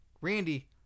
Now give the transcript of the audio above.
Randy